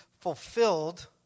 fulfilled